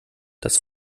das